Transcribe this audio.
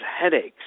headaches